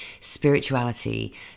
spirituality